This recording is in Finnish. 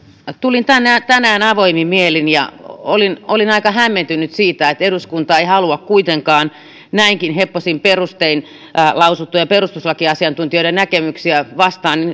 tulin tänne tänään avoimin mielin ja olin olin aika hämmentynyt siitä että eduskunta ei halua kuitenkaan näinkään heppoisin perustein lausuttuja perustuslakiasiantuntijoiden näkemyksiä vastaan